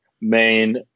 main